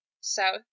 south